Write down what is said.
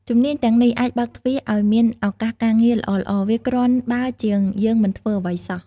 ជំនាញទាំងនេះអាចបើកទ្វារឲ្យមានឱកាសការងារល្អៗ វាគ្រាន់បើជាងយើងមិនធ្វើអ្វីសោះ។